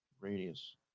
radius